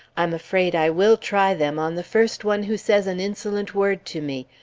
i am afraid i will try them on the first one who says an insolent word to me.